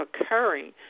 occurring